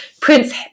Prince